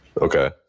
Okay